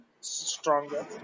Stronger